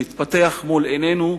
שמתפתח מול עינינו,